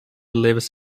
lives